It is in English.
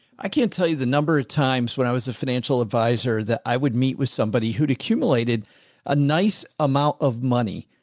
i can't tell you the number of times when i was a financial advisor that i would meet with somebody who'd accumulated a nice amount of money,